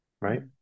right